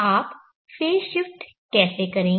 आप phase shift कैसे करेंगे